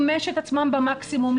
לממש את עצמם במקסימום,